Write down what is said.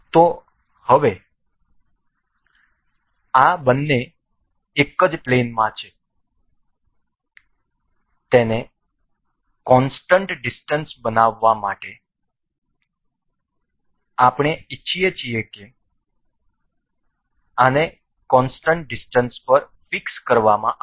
તેથી હવે આ બંને એક જ પ્લેનમાં છે તેને કોનસ્ટંટ ડીસ્ટન્સ બનાવવા માટે અમે ઇચ્છીએ છીએ કે આને કોનસ્ટંટ ડીસ્ટન્સ પર ફિક્સ કરવામાં આવે